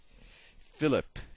Philip